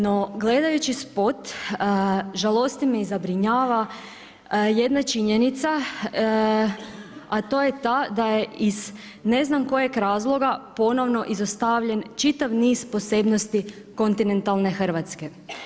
No gledajući spot žalosti me i zabrinjava jedna činjenica a to je ta da je iz ne znam kojeg razloga ponovno izostavljen čitav niz posebnosti kontinentalne Hrvatske.